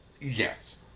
Yes